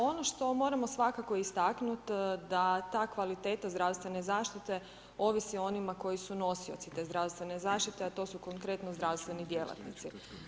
Ono što moramo svakako istaknut da ta kvaliteta zdravstvene zaštite ovisi o onima koji su nosioci te zdravstvene zaštite a to su konkretno zdravstveni djelatnici.